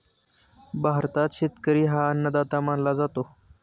भारतात शेतकरी हा अन्नदाता मानला जातो